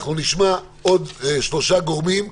אנחנו נשמע עוד שלושה גורמים,